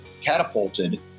catapulted